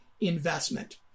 investment